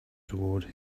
toward